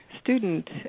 student